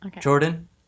Jordan